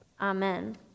amen